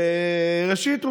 ראשית,